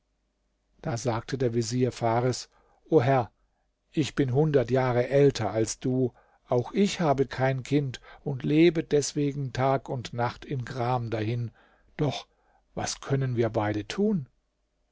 da sagte der vezier fares o herr ich bin hundert jahre älter als du auch ich habe kein kind und lebe deswegen tag und nacht in gram dahin doch was können wir beide tun